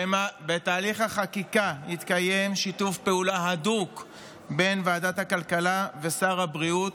בתהליך החקיקה יתקיים שיתוף פעולה הדוק בין ועדת הכלכלה ושר הבריאות,